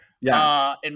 Yes